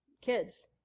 kids